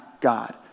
God